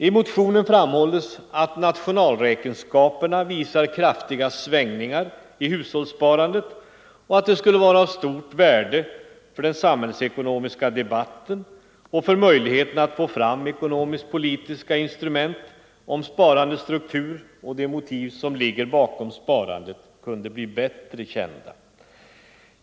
I motionen framhålles att nationalräkenskaperna visar kraftiga svängningar i hushållssparandet och att det skulle vara av stort värde för den samhällsekonomiska debatten och för möjligheterna att få fram ekonomisk-politiska instrument, om sparandets struktur och de motiv som ligger bakom sparandet kunde bli bättre kända.